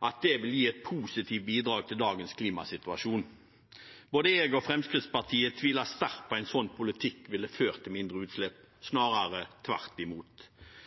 og at det vil gi et positivt bidrag til dagens klimasituasjon. Både jeg og Fremskrittspartiet tviler sterkt på at en slik politikk vil føre til mindre utslipp